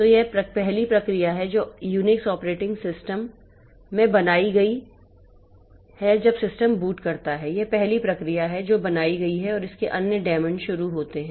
तो यह पहली प्रक्रिया है जो UNIX ऑपरेटिंग सिस्टम में बनाई गई जब सिस्टम बूट करता है यह पहली प्रक्रिया है जो बनाई गई है और इसके अन्य डेमॉन शुरू होते हैं